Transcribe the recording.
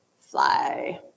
fly